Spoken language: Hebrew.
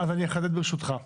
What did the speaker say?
ברשותך,